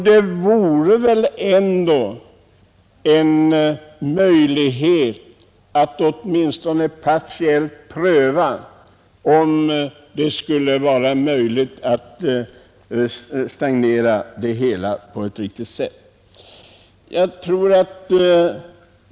Det vore ändå en möjlighet att åtminstone partiellt pröva om mellanölskonsumtionen på detta sätt skulle kunna bringas att stagnera.